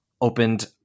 opened